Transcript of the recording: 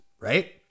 right